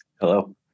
hello